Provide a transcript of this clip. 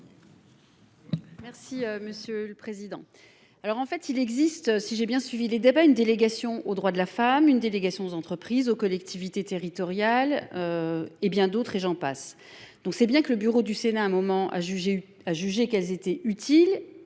Merci monsieur le président. Alors en fait il existe, si j'ai bien suivi les débats une délégation aux droits de la femme une délégation aux entreprises, aux collectivités territoriales. Et bien d'autres et j'en passe. Donc c'est bien que le bureau du Sénat un moment a jugé, il a jugé qu'elle était utile